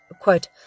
quote